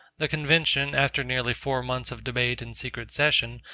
the convention, after nearly four months of debate in secret session,